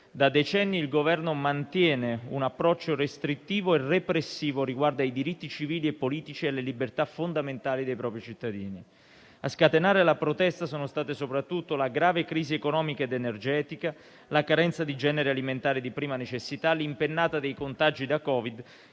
Da decenni il Governo mantiene un approccio restrittivo e repressivo riguardo ai diritti civili e politici e alle libertà fondamentali dei propri cittadini. A scatenare la protesta sono state soprattutto la grave crisi economica ed energetica, la carenza di generi alimentari di prima necessità e l'impennata dei contagi da Covid,